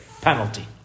penalty